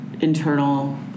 internal